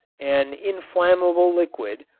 an inflammable liquid,